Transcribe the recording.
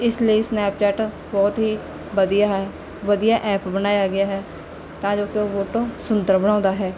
ਇਸ ਲਈ ਸਨੈਪਚੈਟ ਬਹੁਤ ਹੀ ਵਧੀਆ ਹੈ ਵਧੀਆ ਐਪ ਬਣਾਇਆ ਗਿਆ ਹੈ ਤਾਂ ਜੋ ਕਿ ਉਹ ਫੋਟੋ ਸੁੰਦਰ ਬਣਾਉਂਦਾ ਹੈ